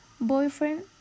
boyfriend